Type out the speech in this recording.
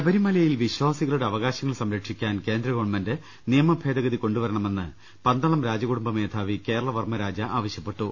ശബരിമലയിൽ വിശ്വാസികളുടെ അവകാശങ്ങൾ സംരക്ഷിക്കാൻ കേന്ദ്ര ഗവൺമെന്റ് നിയമഭേദഗതി കൊണ്ടുവർണമെന്ന് പന്തളം രാജകുടുംബ മേധാവി കേരളവർമ്മ രാജ ആവശൃപ്പെട്ടു